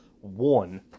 One